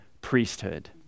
priesthood